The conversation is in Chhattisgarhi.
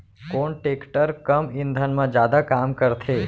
कोन टेकटर कम ईंधन मा जादा काम करथे?